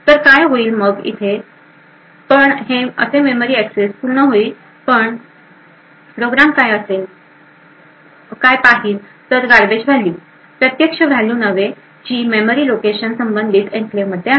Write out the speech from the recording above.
तर काय होईल मग इथे पण हे असे मेमरी एक्सेस पूर्ण होईल पण प्रोग्राम काय पाहिल तर गार्बेज व्हॅल्यू प्रत्यक्ष व्हॅल्यू नव्हे जी मेमरी लोकेशन संबंधित एन्क्लेव्ह मध्ये आहे